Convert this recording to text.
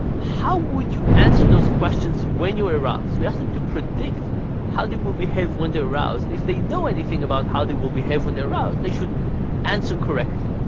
how would you answer those questions when you are aroused? we asked them to predict how they will behave when they are aroused. and if they know anything about how they will behave when they are aroused, they should answer correctly.